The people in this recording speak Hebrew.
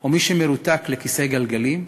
או מי שמרותק לכיסא גלגלים,